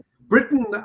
Britain